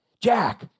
Jack